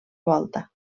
volta